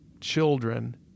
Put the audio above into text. children